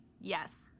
Yes